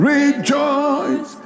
Rejoice